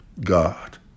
God